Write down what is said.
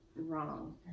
wrong